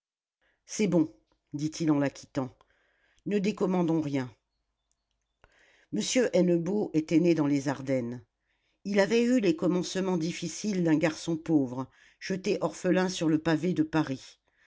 c'est bon dit-il en la quittant ne décommandons rien m hennebeau était né dans les ardennes il avait eu les commencements difficiles d'un garçon pauvre jeté orphelin sur le pavé de paris